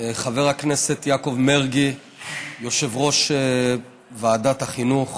חבר הכנסת יעקב מרגי, יושב-ראש ועדת החינוך,